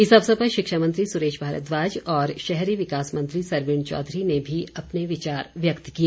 इस अवसर पर शिक्षा मंत्री सुरेश भारद्वाज और शहरी विकास मंत्री सरवीण चौधरी ने भी अपने विचार व्यक्त किए